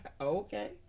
Okay